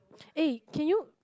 eh can you